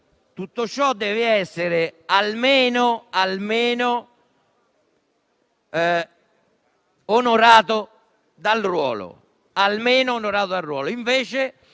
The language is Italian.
Tutto ciò deve essere almeno onorato dal ruolo;